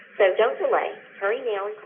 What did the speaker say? so don't delay, hurry now